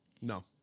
no